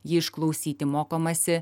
jį išklausyti mokomasi